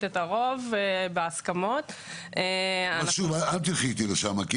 את הרוב --- אבל אל תלכי איתי לשם.